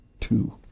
two